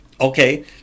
Okay